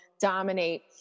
dominate